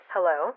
Hello